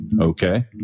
okay